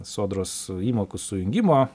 sodros įmokų sujungimo